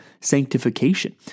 sanctification